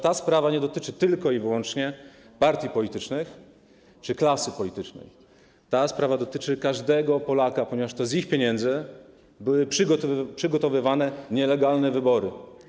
Ta sprawa nie dotyczy tylko i wyłącznie partii politycznych czy klasy politycznej, ta sprawa dotyczy każdego Polaka, ponieważ to za pieniądze Polaków były przygotowywane nielegalne wybory.